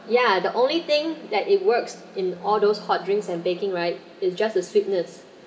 yeah the only thing that it works in all those hot drinks and baking right it's just the sweetness